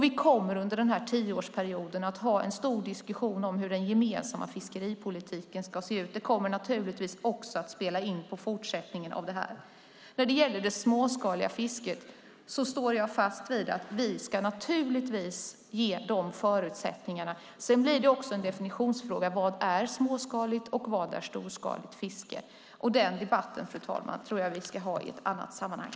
Vi kommer under den här tioårsperioden att ha en stor diskussion om hur den gemensamma fiskeripolitiken ska se ut. Det kommer naturligtvis att spela in på fortsättningen. När det gäller det småskaliga fisket står jag fast vid att vi ska ge förutsättningarna. Vad som är småskaligt och vad som är storskaligt fiske blir en definitionsfråga. Den debatten tror jag att vi ska ha i ett annat sammanhang.